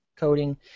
coding